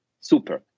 super